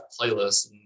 playlists